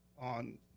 on